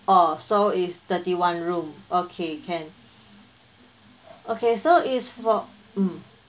oh so is thirty one room okay can okay so is for um